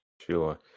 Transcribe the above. Sure